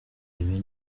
ibi